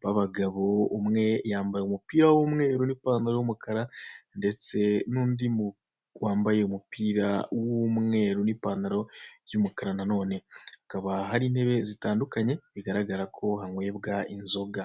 b'abagabo, umwe yambaye umupira w'umweru n'ipantaro y'umukara ndetse n'undi wambaye umupira w'umweru n'ipantaro y'umukara na none. Hakaba hari intebe zitandukanye, bigaragara ko hanyobwa inzoga.